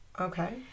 Okay